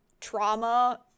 trauma